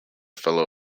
fellow